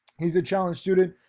he's a challenge student,